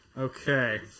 Okay